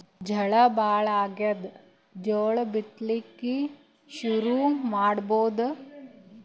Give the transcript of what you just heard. ಝಳಾ ಭಾಳಾಗ್ಯಾದ, ಜೋಳ ಬಿತ್ತಣಿಕಿ ಶುರು ಮಾಡಬೋದ?